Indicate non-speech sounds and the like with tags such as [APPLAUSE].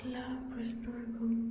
[UNINTELLIGIBLE]